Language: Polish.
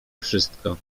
wszystko